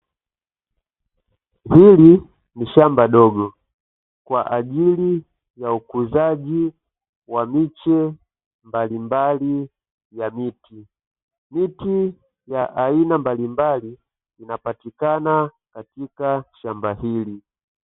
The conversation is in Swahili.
Hili ni shamba dogo kwa ajili ya ukuzaji wa miche mbalimbali ya miti. Miti ya aina mbalimbali inapatikana katika shamba hili.